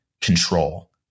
control